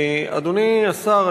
אדוני השר,